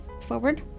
forward